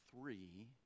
three